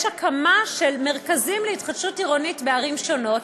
הקמה של מרכזים להתחדשות עירונית בערים שונות,